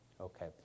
Okay